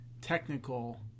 technical